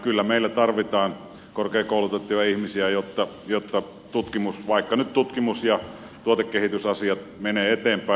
kyllä meillä tarvitaan korkeakoulutettuja ihmisiä jotta vaikka nyt tutkimus ja tuotekehitysasiat menevät eteenpäin